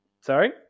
Sorry